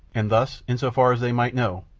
and thus, in so far as they might know,